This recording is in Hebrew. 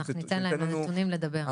אנחנו ניתן לנתונים לדבר.